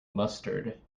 mustard